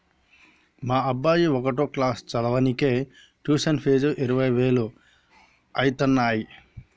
మా అబ్బాయి ఒకటో క్లాసు చదవనీకే ట్యుషన్ ఫీజు ఇరవై వేలు అయితన్నయ్యి